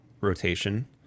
rotation